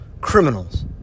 criminals